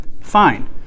Fine